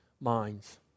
minds